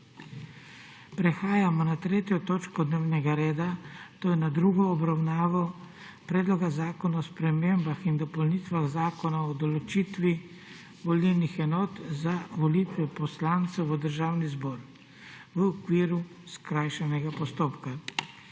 prekinjeno 3. točko dnevnega reda, to je s tretjo obravnavo Predloga zakona o spremembah in dopolnitvah zakona o določitvi volilnih enot za volitve poslancev v Državni zbor v okviru skrajšanega postopka.